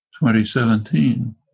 2017